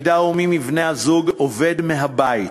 אם מי מבני-הזוג עובד מהבית,